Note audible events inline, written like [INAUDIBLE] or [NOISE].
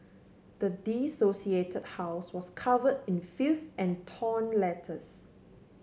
the [UNINTELLIGIBLE] house was cover in filth and torn letters